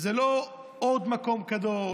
הוא לא עוד מקום קדוש.